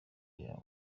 yawe